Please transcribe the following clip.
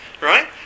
right